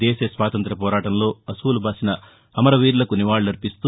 దేశ స్వాతంత్ర్య పోరాటంలో అశువులు బాసిన అమర వీరులకు నివాకులర్పిస్తూ